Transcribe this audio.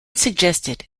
suggested